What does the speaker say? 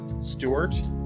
Stewart